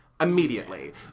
immediately